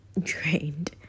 drained